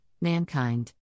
mankind